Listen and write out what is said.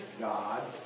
God